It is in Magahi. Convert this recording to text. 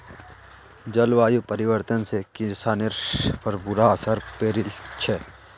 जलवायु परिवर्तन से किसानिर पर बुरा असर पौड़ील छे